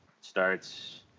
starts